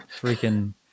freaking